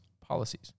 policies